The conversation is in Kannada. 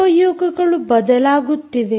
ಉಪಯೋಗಗಳು ಬದಲಾಗುತ್ತಿವೆ